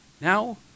Now